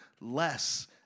less